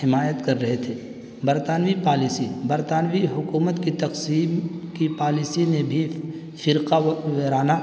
حمایت کر رہے تھے برطانوی پالیسی برطانوی حکومت کی تقسیم کی پالیسی نے بھی فرقہ وارانہ